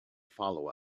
follow